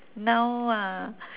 noun ah